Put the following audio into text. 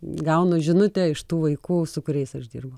gaunu žinutę iš tų vaikų su kuriais aš dirbu